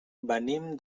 venim